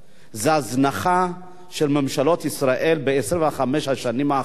זו הזנחה של ממשלות ישראל ב-25 השנים האחרונות,